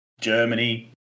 Germany